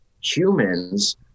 humans